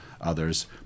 others